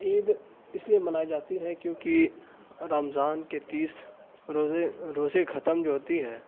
عید اس لیے منائی جاتی ہے کیونکہ رمضان کے تیس روزے روزے ختم جو ہوتی ہے